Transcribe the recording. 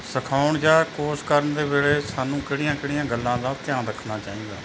ਸਿਖਾਉਣ ਜਾਂ ਕੋਰਸ ਕਰਨ ਦੇ ਵੇਲੇ ਸਾਨੂੰ ਕਿਹੜੀਆਂ ਕਿਹੜੀਆਂ ਗੱਲਾਂ ਦਾ ਧਿਆਨ ਰੱਖਣਾ ਚਾਹੀਦਾ